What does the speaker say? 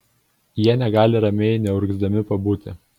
jie negali ramiai neurgzdami pabūti